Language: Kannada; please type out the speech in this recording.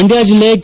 ಮಂಡ್ಯ ಜಿಲ್ಲೆ ಕೆ